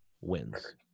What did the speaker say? wins